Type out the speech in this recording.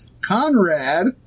Conrad